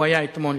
הוא היה אתמול